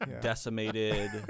decimated